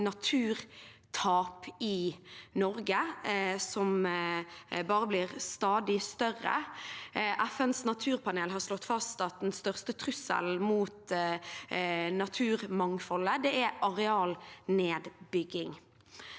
naturtap i Norge som blir stadig større. FNs naturpanel har slått fast at den største trusselen mot naturmangfoldet er arealnedbygging.